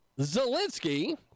Zelensky